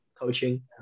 coaching